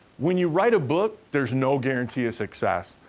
when you write a book, there's no guarantee of success.